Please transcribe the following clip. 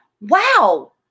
wow